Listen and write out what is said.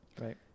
Right